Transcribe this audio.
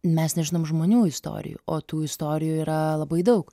mes nežinom žmonių istorijų o tų istorijų yra labai daug